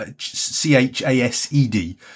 C-H-A-S-E-D